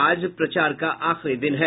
आज प्रचार का आखिरी दिन है